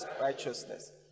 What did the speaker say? righteousness